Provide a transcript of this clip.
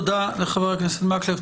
תודה לחבר הכנסת מקלב.